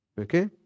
Okay